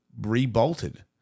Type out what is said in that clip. Re-bolted